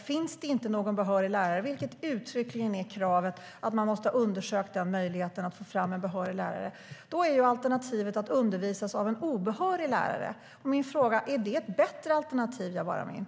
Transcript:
Finns det ingen behörig lärare - och kravet är uttryckligen att man måste ha undersökt möjligheten att få fram en behörig lärare - är alternativet att eleverna undervisas av en obehörig lärare. Är det ett bättre alternativ, Jabar Amin?